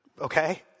Okay